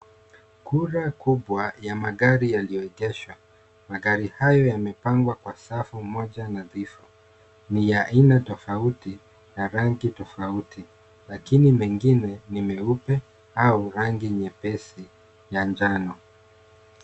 Kura kubwa ya magari yaliyoegeshwa magari hayo yamepangwa kwa safu moja nadhifu ni ya aina tofauti na rangi tofauti lakini mengine yana rangi nyeupe au rangi nyepesi ya njano.